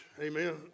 Amen